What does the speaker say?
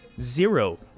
Zero